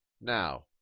now